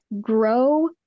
grow